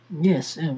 Yes